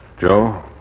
Joe